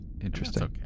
Interesting